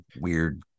weird